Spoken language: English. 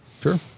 Sure